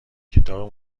کتاب